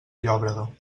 llòbrega